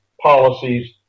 policies